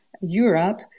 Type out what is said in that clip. Europe